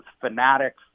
Fanatics